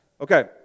Okay